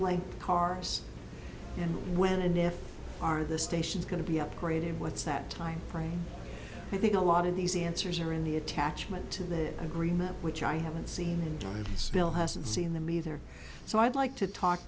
train cars and when and if are the stations going to be upgraded what's that time frame i think a lot of these answers are in the attachment to the agreement which i haven't seen and still hasn't seen them either so i'd like to talk